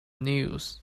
news